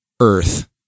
earth